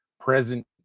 present